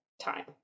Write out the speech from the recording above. time